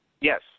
Yes